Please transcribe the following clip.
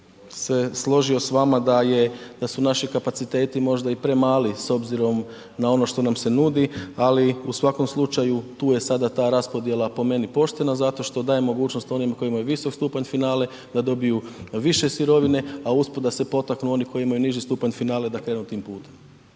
se složio s vama da su naši kapaciteti možda i premali s obzirom na ono što nam se nudi ali u svakom slučaju tu je sada ta raspodjela po meni poštena zato što dajemo mogućnost onim koji imaju je visok stupanj finale, da dobiju više sirovine a usput da se potaknu oni koji imaju niži stupanje finale i da krenu tim putem.